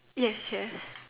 yes yes